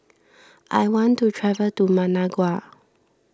I want to travel to Managua